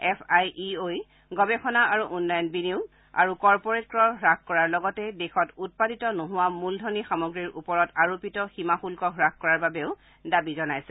F I E O গৱেষণা আৰু উন্নয়ণ বিনিয়োগ কৰ্পৰেট কৰ হ্ৰাসকৰাৰ লগতে দেশত উৎপাদিত নোহোৱা মূলধনী সামগ্ৰীৰ ওপৰত আৰোপিত সীমা শুল্ক হ্ৰাস কৰাৰ বাবেও দাবী জনাইছে